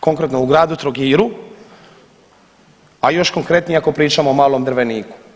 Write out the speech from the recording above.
Konkretno u gradu Trogiru, a još konkretnije ako pričamo o Malom Drveniku.